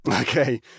okay